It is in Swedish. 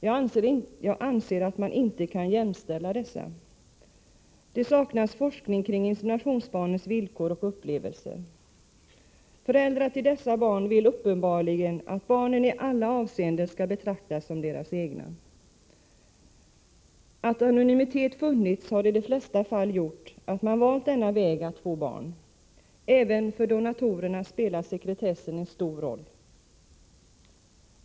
Jag anser att man inte kan jämställa dessa. Det saknas forskning kring inseminationsbarnens villkor och upplevelser. Föräldrar till dessa barn vill uppenbarligen att barnen i alla avseenden skall betraktas som deras egna. Att anonymitet funnits har i de flesta fall varit avgörande för att man valt denna väg att få barn. Även för donatorerna spelar sekretessen en stor roll.